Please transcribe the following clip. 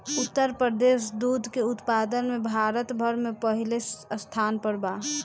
उत्तर प्रदेश दूध के उत्पादन में भारत भर में पहिले स्थान पर बा